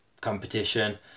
competition